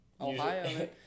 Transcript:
Ohio